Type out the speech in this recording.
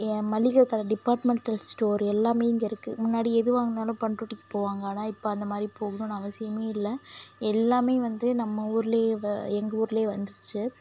ய மல்லிகை கடை டிப்பார்ட்மென்ட்டல் ஸ்டோர் எல்லாமே இங்கே இருக்குது முன்னாடி எது வாங்கினாலும் பண்ரூட்டிக்கி போவாங்க ஆனால் இப்போ அந்த மாதிரி போகணுன்னு அவசியமே இல்லை எல்லாமே வந்து நம்ம ஊர்லேயே வ எங்கள் ஊரிலே வந்துருச்சு